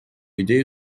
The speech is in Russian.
идею